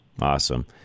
Awesome